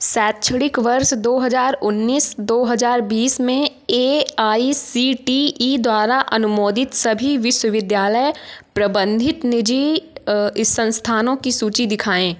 सैक्षणिक वर्ष दो हज़ार उन्नीस दो हज़ार बीस में A I C T E द्वारा अनुमोदित सभी विश्वविद्यालय प्रबंधित निजी इ संस्थानों की सूची दिखाएँ